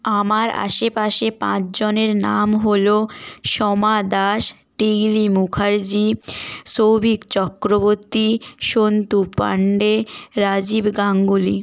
আমার আশেপাশে পাঁচজনের নাম হল সোমা দাস টিকলি মুখার্জি সৌভিক চক্রবর্তী সন্তু পান্ডে রাজীব গাঙ্গুলি